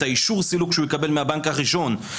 את אישור הסילוק שהוא יקבל מהבנק הראשון,